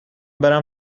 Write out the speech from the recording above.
برم